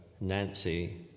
Nancy